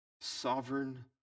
Sovereign